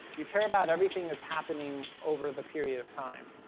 you care about everything that's happening over the period of time.